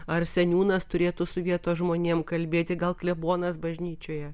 ar seniūnas turėtų su vietos žmonėm kalbėti gal klebonas bažnyčioje